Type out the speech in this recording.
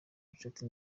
incuti